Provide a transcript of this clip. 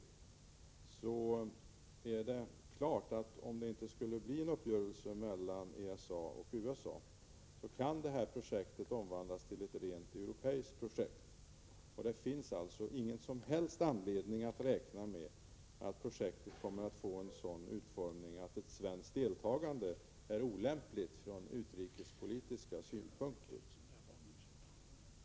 Därför är det klart att detta projekt, om det inte skulle bli någon uppgörelse mellan ESA och USA, kan omvandlas till ett rent europeiskt projekt. Det finns alltså ingen som helst anledning att räkna med att projektet kommer att få en sådan utformning att ett svenskt deltagande är 13 olämpligt från utrikespolitisk synpunkt.